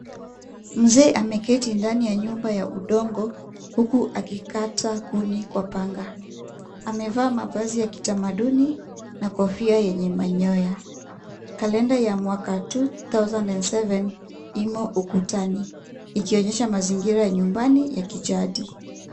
Mzee ameketi ndani ya nyumba ya udongo, huku akikata kuni kwa panga, amevaa mavazi ya kitamaduni na kofia yenye manyoya. Kalenda ya mwaka 2007 imo ukutani, ikionyesha mazingira ya nyumbani ya kijadi.